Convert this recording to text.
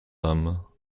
âmes